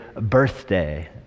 birthday